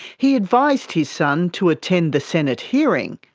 he advised his son to attend the senate hearing,